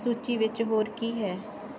ਸੂਚੀ ਵਿੱਚ ਹੋਰ ਕੀ ਹੈ